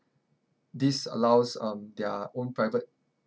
this allows um their own private